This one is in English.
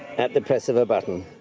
at the press of a button.